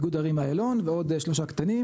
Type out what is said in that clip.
איגוד ערים איילון ועוד שלושה קטנים